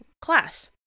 class